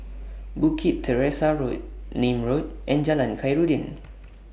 Bukit Teresa Road Nim Road and Jalan Khairuddin